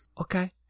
Okay